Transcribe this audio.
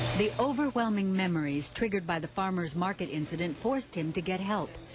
the overwhelming memories triggered by the farmer's market incident forced him to get help.